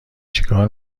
چیکار